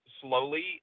slowly